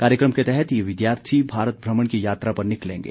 कार्यकम के तहत ये विद्यार्थी भारत भ्रमण की यात्रा पर निकलेंगे